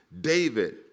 David